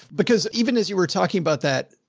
because even as you were talking about that,